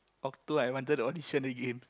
Okto I wanted to audition again